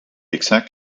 exact